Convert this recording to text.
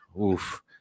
Oof